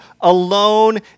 alone